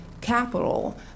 capital